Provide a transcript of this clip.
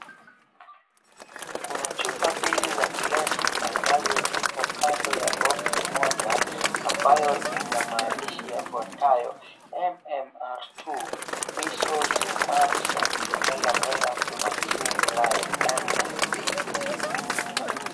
Kuna chupa mbili za glesi ambazo zipo kando ya (CS)boxi(CS)moja ambayo ina maandishi yafuatayo MMR2, measles, mumps and rubella virus vaccine live msd.